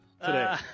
today